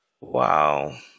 Wow